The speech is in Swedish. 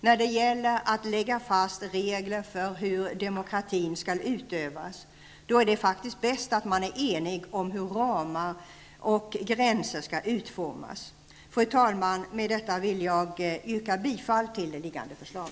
När det gäller att lägga fast regler för hur demokratin skall utövas, är det faktiskt bäst att man är enig om hur ramar och gränser skall utformas. Fru talman! Med detta vill jag yrka bifall till liggande förslag.